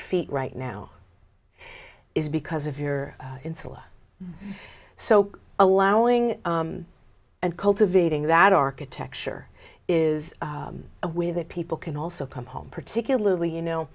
feet right now is because of your insula so allowing and cultivating that architecture is a way that people can also come home particularly you